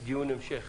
דיון המשך.